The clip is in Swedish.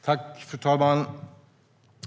Fru talman!